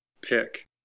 pick